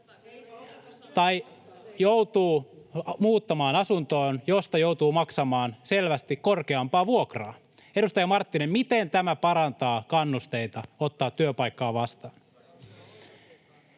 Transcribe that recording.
tai joutuu muuttamaan asuntoon, josta joutuu maksamaan selvästi korkeampaa vuokraa? Edustaja Marttinen, miten tämä parantaa kannusteita ottaa työpaikkaa vastaan?